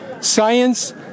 science